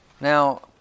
Now